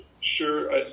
sure